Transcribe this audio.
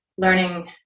Learning